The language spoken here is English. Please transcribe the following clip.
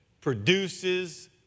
produces